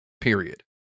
Period